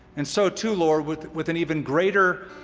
and so too, lord, with with an even greater